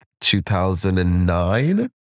2009